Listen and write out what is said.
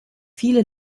viele